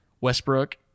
Westbrook